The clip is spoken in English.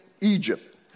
Egypt